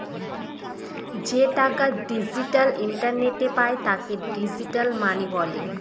যে টাকা ডিজিটাল ইন্টারনেটে পায় তাকে ডিজিটাল মানি বলে